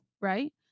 right